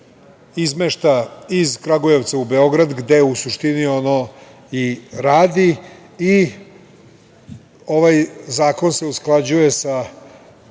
izmešta iz Kragujevca u Beograd gde u suštini ono i radi. Ovaj zakon se usklađuje sa